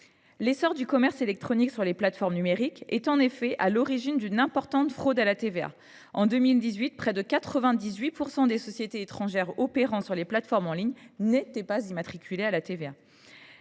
L’essor du commerce électronique sur les plateformes numériques est en effet à l’origine d’une importante fraude à la TVA. En 2018, près de 98 % des sociétés étrangères opérant sur les plateformes en ligne n’étaient pas immatriculées à la TVA.